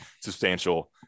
substantial